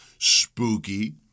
spooky